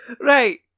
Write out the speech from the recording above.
Right